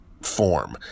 form